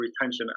retention